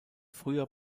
früher